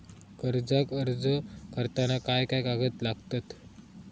कर्जाक अर्ज करताना काय काय कागद लागतत?